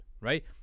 right